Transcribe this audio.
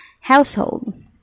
household